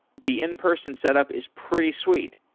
the in person setup is pretty sweet,